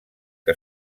que